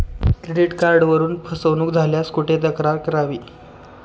Credit कार्डवरून फसवणूक झाल्यास कुठे तक्रार करावी?